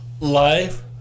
life